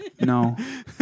no